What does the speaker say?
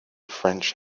french